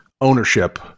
ownership